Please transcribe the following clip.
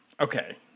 Okay